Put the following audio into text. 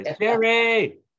Jerry